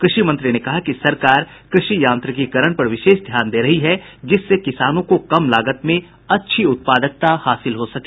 कृषि मंत्री ने कहा कि सरकार कृषि यांत्रिकीकरण पर विशेष ध्यान दे रही है जिससे किसानों को कम लागत में अच्छी उत्पादकता हासिल हो सके